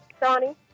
Donnie